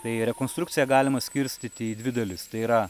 tai rekonstrukciją galima skirstyti į dvi dalis tai yra